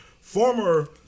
former